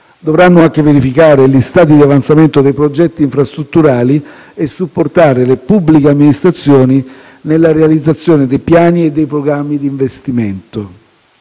Dovranno anche verificare gli stati di avanzamento dei progetti infrastrutturali e supportare le pubbliche amministrazioni nella realizzazione dei piani e dei programmi di investimento.